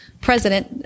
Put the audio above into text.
president